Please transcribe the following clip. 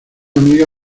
amiga